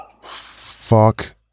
Fuck